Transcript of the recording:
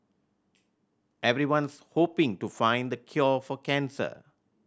everyone's hoping to find the cure for cancer